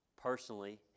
personally